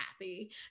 happy